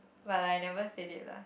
but I never say it lah